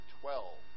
twelve